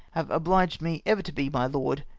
have obliged me ever to be, my lord,